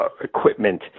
equipment